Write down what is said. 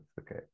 okay